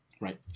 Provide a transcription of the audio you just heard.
Right